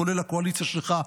כולל הקואליציה שלך,